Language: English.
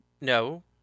No